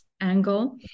angle